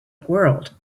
world